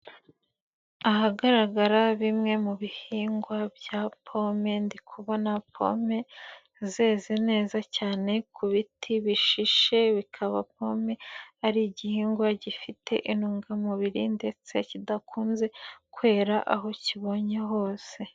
Ahagaragara bimwe mubi bihingwa bya pome, ndi kubona pome zeze neza cyane ku biti bishishe, bikaba pome ari igihingwa gifite intungamubiri ndetse kidakunze kwera aho kibonye hose.